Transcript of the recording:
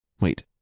Wait